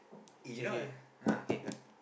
uh you know ah ah okay what